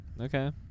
Okay